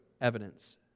evidence